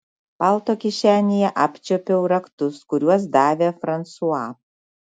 palto kišenėje apčiuopiau raktus kuriuos davė fransua